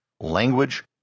language